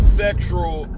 sexual